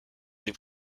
des